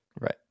Right